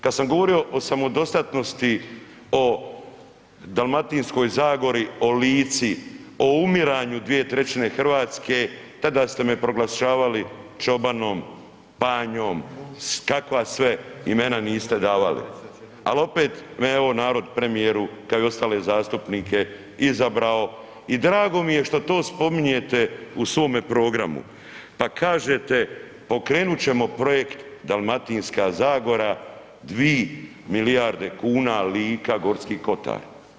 Kad sam govorio o samodostatnosti, o Dalmatinskoj Zagori, o Lici, o umiranju 2/3 RH, tada ste me proglašavali čobanom, panjom, kakva sve imena niste davali, al opet mene je ovaj narod premijeru kao i ostale zastupnike izabrao i drago mi je što to spominjete u svome programu, pa kažete pokrenut ćemo projekt Dalmatinska Zagora, 2 milijarde kuna Lika, Gorski Kotar.